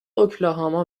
اوکلاهاما